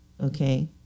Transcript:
okay